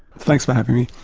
thanks for having me.